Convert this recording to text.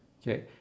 okay